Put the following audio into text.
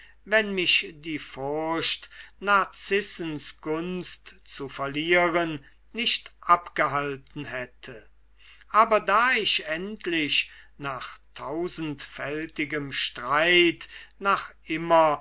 wenn mich die furcht narzissens gunst zu verlieren nicht abgehalten hätte aber da ich endlich nach tausendfältigem streit nach immer